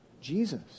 Jesus